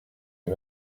les